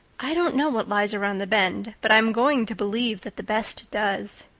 i don't know what lies around the bend, but i'm going to believe that the best does.